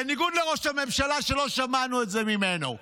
בניגוד לראש הממשלה, שלא שמענו את זה ממנו.